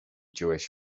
jewish